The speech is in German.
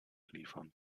liefern